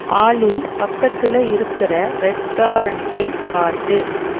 ஆலி பக்கத்தில் இருக்கிற ரெஸ்டாரண்ட்டை காட்டு